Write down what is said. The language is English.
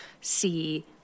see